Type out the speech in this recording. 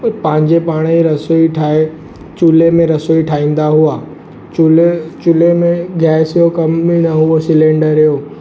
पंहिंजे पाण ई रसोई ठाहे चूल्हे में रसोई ठाहींदा हुआ चूल्हे चूल्हे में गैस जो कम बि न हूअ सिलेंडर जो